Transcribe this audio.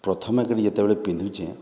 ପ୍ରଥମେକରି ଯେତେବେଳେ ପିନ୍ଧୁଛି